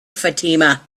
fatima